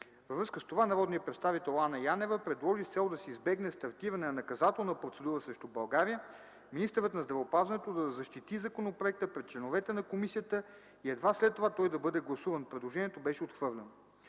Във връзка с това народният представител Анна Янева предложи, с цел да се избегне стартиране на наказателна процедура срещу Република България, министърът на здравеопазването да защити законопроекта пред членовете на комисията и едва след това той да бъде гласуван. Предложението беше отхвърлено.